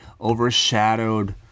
overshadowed